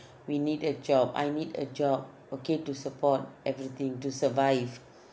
we need a job I need a job okay to support everything to survive